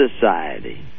society